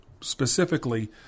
Specifically